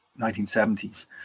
1970s